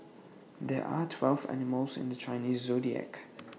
there are twelve animals in the Chinese Zodiac